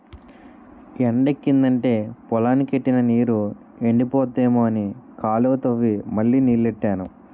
ఎండెక్కిదంటే పొలానికి ఎట్టిన నీరు ఎండిపోద్దేమో అని కాలువ తవ్వి మళ్ళీ నీల్లెట్టాను